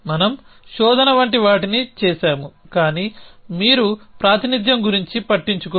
మనం శోధన వంటి వాటిని చేసాము కానీ మీరు ప్రాతినిధ్యం గురించి పట్టించుకోరు